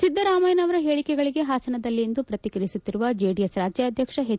ಸಿದ್ದರಾಮಯ್ಕನವರ ಹೇಳಿಕೆಗಳಿಗೆ ಹಾಸನದಲ್ಲಿಂದು ಪ್ರತಿಕ್ರಿಯಿಸುತ್ತಿರುವ ಜೆಡಿಎಸ್ ರಾಜ್ಕಾದ್ವಕ್ಷ ಎಚ್